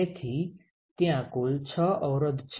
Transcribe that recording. તેથી ત્યાં કુલ 6 અવરોધ છે